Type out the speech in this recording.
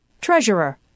Treasurer